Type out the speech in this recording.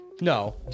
no